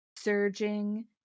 surging